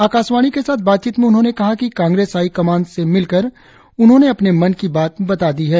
आकाशवाणी के साथ बातचीत में उन्होंने कहा कि कांग्रेस हाई कमान से मिलकर अपने मन की बात बता दी है